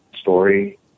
story